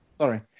sorry